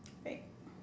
right